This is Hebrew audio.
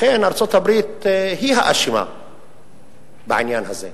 לכן, ארצות-הברית היא האשמה בעניין הזה.